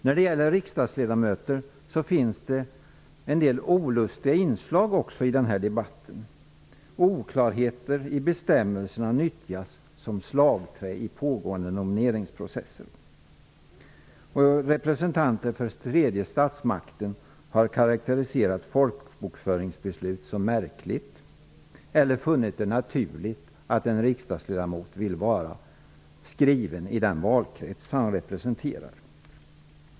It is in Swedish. När det gäller riksdagsledamöter finns det en del olustiga inslag i debatten. Oklarheter i bestämmelserna nyttjas som slagträ i pågående nomineringsprocesser. Representanter för den tredje statsmakten har karakteriserat folkbokföringsbeslut som märkliga eller har funnit det naturligt att en riksdagsledamot vill vara skriven i den valkrets som han representerar.